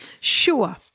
Sure